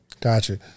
Gotcha